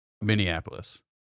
Minneapolis